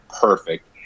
perfect